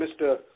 Mr